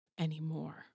Anymore